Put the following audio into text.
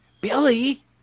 Billy